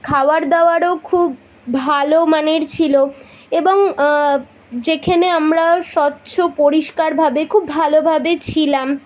খাওয়ার দাওয়ারও খুব ভালো মানের ছিল এবং যেখানে আমরা স্বচ্ছ পরিষ্কারভাবে খুব ভালোভাবে ছিলাম